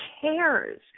cares